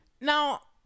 now